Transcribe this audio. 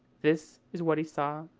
this is what he saw.